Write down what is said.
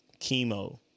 chemo